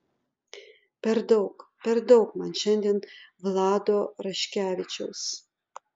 per daug per daug man šiandien vlado raškevičiaus